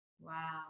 Wow